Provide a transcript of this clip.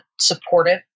supportive